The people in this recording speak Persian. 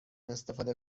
استفاده